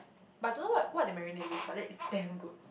but don't know what what their marine name with but then is damn good